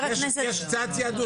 יש קצת יהדות,